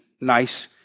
nice